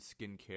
skincare